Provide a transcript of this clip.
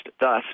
Thus